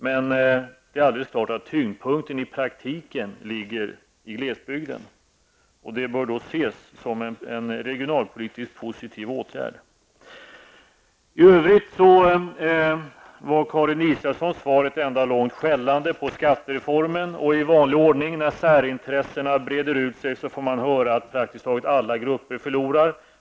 Men det är alldeles klart att tyngdpunkten i praktiken ligger i glesbygden. Det bör ses som en regionalpolitiskt positiv åtgärd. I övrigt var Karin Israelssons inlägg ett enda långt skällande på skattereformen. I vanlig ordning, när särintressen breder ut sig, får man höra att praktiskt taget alla grupper förlorar.